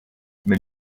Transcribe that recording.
mais